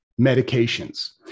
medications